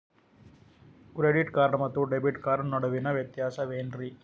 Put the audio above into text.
Credit card ಮತ್ತು debit card ನಡುವಿನ ವ್ಯತ್ಯಾಸ ವೇನ್ರೀ?